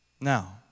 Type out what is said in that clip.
Now